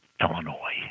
Illinois